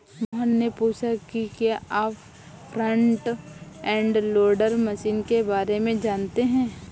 मोहन ने पूछा कि क्या आप फ्रंट एंड लोडर मशीन के बारे में जानते हैं?